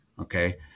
okay